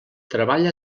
treballa